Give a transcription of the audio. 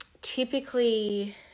typically